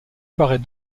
paraît